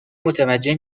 متوجه